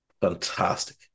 fantastic